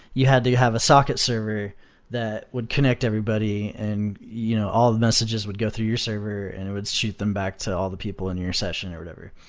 you had to have a socket server that would connect everybody and you know all messages would go through your server and it would shoot them back to all the people in your session, or whatever.